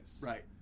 Right